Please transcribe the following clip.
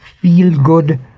feel-good